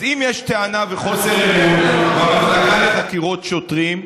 אז אם יש טענה וחוסר אמון במחלקה לחקירות שוטרים,